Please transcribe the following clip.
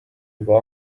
juba